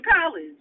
college